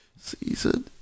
Season